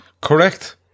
Correct